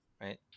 right